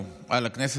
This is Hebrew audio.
אני חושב שחובה עלינו,